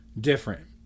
different